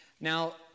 Now